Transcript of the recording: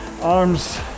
Arms